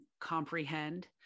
comprehend